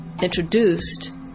introduced